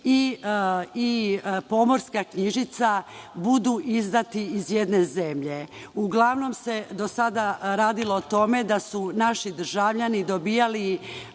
i pomorska knjižica budu izdati iz jedne zemlje. Uglavnom se do sada radilo o tome da su naši državljani dobijali